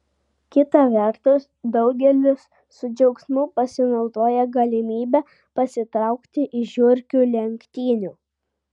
kita vertus daugelis su džiaugsmu pasinaudoja galimybe pasitraukti iš žiurkių lenktynių